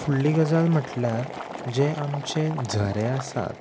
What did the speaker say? फुडली गजाल म्हटल्यार जे आमचे झरे आसात